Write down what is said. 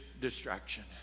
distraction